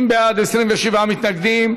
50 בעד, 27 מתנגדים.